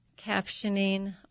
captioning